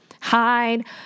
hide